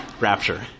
Rapture